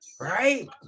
right